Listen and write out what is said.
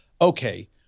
okay